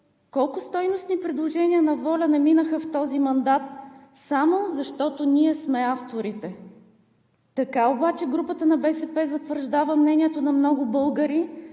Колко стойностни предложения на ВОЛЯ не минаха в този мандат само защото ние сме авторите? Така обаче групата на БСП затвърждава мнението на много българи,